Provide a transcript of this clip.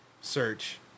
search